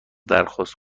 درخواست